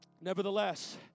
Nevertheless